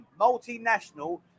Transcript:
Multinational